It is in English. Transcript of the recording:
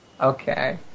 Okay